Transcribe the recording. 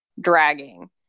dragging